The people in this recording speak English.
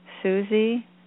Susie